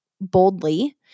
boldly